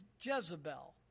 Jezebel